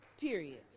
period